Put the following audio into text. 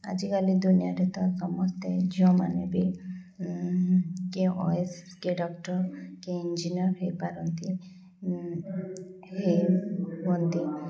ଆଜିକାଲି ଦୁନିଆରେ ତ ସମସ୍ତେ ଝିଅମାନେ ବି କିଏ ଓ ଏ ସ୍ କିଏ ଡକ୍ଟର କିଏ ଇଞ୍ଜିନିୟର ହେଇପାରନ୍ତି ହେ ହୁଅନ୍ତି